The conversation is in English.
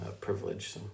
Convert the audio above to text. privilege